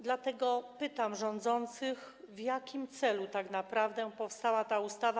Dlatego pytam rządzących, w jakim celu tak naprawdę powstała ta ustawa.